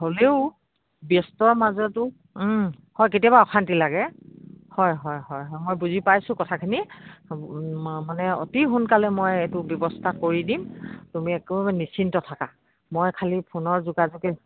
হ'লেও ব্যস্তৰ মাজতো হয় কেতিয়াবা অশান্তি লাগে হয় হয় হয় হয় মই বুজি পাইছোঁ কথাখিনি মানে অতি সোনকালে মই এইটো ব্যৱস্থা কৰি দিম তুমি একো নিশ্চিন্ত থাকা মই খালী ফোনৰ যোগাযোগ